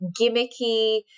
gimmicky